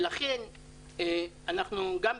ולכן כולנו,